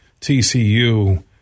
TCU